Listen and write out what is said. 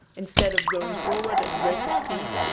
instead of going forward at greater speed,